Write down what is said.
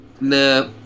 Nah